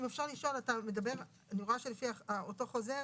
אם אפשר לשאול: אני רואה שלפי אותו חוזר,